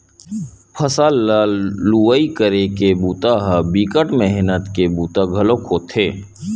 फसल ल लुवई करे के बूता ह बिकट मेहनत के बूता घलोक होथे